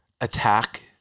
attack